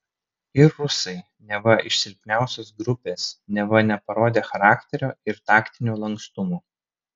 ir rusai neva iš silpniausios grupės neva neparodę charakterio ir taktinio lankstumo